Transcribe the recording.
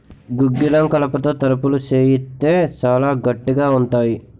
గుగ్గిలం కలపతో తలుపులు సేయిత్తే సాలా గట్టిగా ఉంతాయి